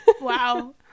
wow